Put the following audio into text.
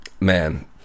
Man